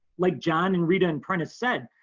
like john and rita and prentiss said,